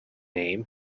name